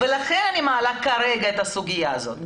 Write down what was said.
לכן אני מעלה כרגע את הסוגיה הזאת.